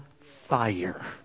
fire